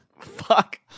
Fuck